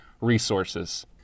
resources